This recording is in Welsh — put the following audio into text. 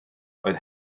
oedd